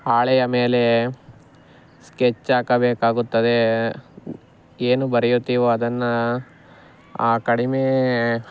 ಹಾಳೆಯ ಮೇಲೆ ಸ್ಕೆಚ್ ಹಾಕಬೇಕಾಗುತ್ತದೆ ಏನು ಬರಿಯುತ್ತೆವೋ ಅದನ್ನು ಕಡಿಮೆ